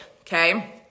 okay